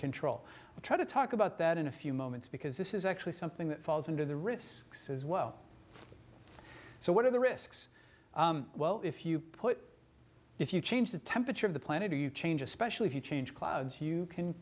control and try to talk about that in a few moments because this is actually something that falls into the risks as well so what are the risks well if you put if you change the temperature of the planet or you change especially if you change clouds you can